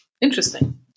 Interesting